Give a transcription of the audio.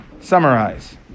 summarize